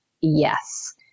yes